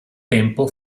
tempo